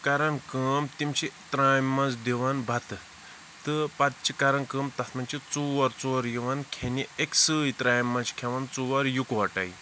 کَرَن کٲم تِم چھِ ترٛامہِ منٛز دِوان بَتہٕ تہٕ پَتہٕ چھِ کَران کٲم تَتھ منٛز چھِ ژور ژور یِوان کھیٚنہِ أکسٕے ترٛامہِ منٛز چھِ کھیٚوان ژور یِکوَٹَے